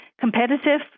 competitive